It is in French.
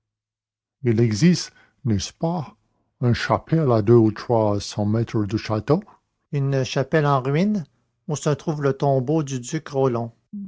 il existe n'est-ce pas une chapelle à deux ou trois cents mètres du château une chapelle en ruines où se trouve le tombeau du duc rollon